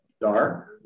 Dark